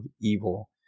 evil